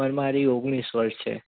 પણ મારી ઓગણી વર્ષ છે